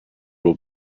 will